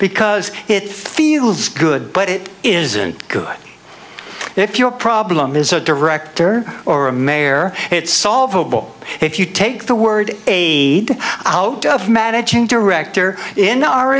because it feels good but it isn't good if your problem is a director or a mayor it's solvable if you take the word a out of managing director in our